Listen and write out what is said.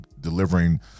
delivering